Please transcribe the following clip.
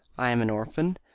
i am an orphan,